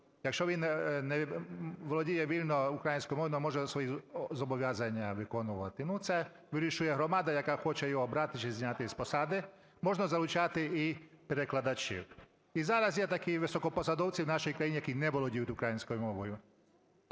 якщо він не володіє вільно українською мовою, не може свої зобов'язання виконувати. Ну, це вирішує громада, яка хоче його обрати чи зняти з посади. Можна залучати і перекладачів. І зараз є такі високопосадовці в нашій країні, які не володіють українською мовою.